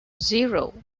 zero